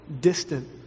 distant